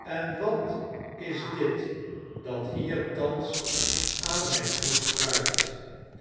en wat is dit dat hier thans aan mijn voet kruipt